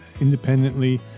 independently